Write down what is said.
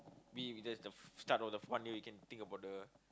be with that the start of the one year you can think about the